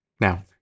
Now